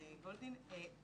גולדין.